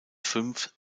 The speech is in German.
fünf